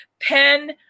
pen